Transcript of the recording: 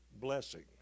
blessing